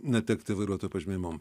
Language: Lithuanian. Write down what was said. netekti vairuotojo pažymėjimo